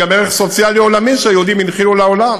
והיא גם ערך סוציאלי עולמי שהיהודים הנחילו לעולם.